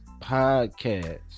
podcast